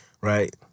right